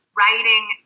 writing